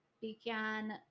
began